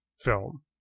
film